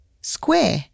square